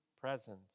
presence